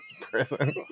prison